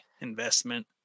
investment